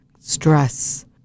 stress